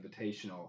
Invitational